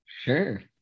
Sure